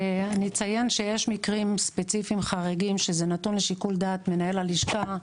יש מקרים ספציפיים חריגים שזה נתון לשיקול דעת מנהל הלשכה.